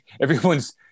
everyone's